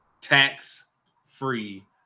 tax-free